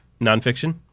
nonfiction